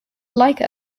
like